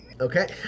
Okay